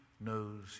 knows